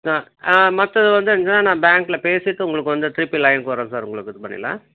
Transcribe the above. ஆ ஆ மற்றது வந்துருந்துச்சுன்னா நான் பேங்க்கில பேசிவிட்டு உங்களுக்கு வந்து திருப்பி லைனுக்கு வர்றேன் சார் உங்களுக்கு இது பண்ணில்லாம்